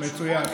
מצוין.